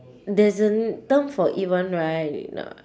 there's an term for it [one] right you know